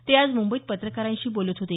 ते आज मंबईत पत्रकारांशी बोलत होते